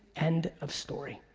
end of story.